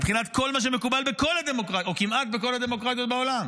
מבחינת כל מה שמקובל בכל הדמוקרטיות או כמעט בכל הדמוקרטיות בעולם,